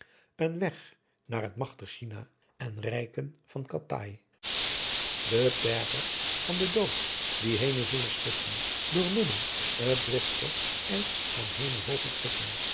een wegh naa t machtigh chin en rijken van kathay die terghers van den doodt die heenen zullen slippen door midden t driftigh ys aan hemelhooge klippen